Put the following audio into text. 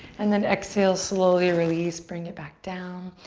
and then exhale, slowly release, bring it back down.